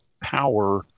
power